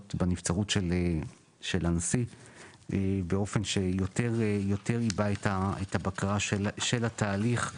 בנבצרות של הנשיא באופן שיותר עיבה את הבקרה של התהליך,